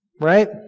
Right